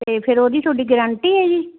ਅਤੇ ਫੇਰ ਉਹਦੀ ਤੁਹਾਡੀ ਗਰੰਟੀ ਹੈ ਜੀ